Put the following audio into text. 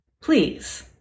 Please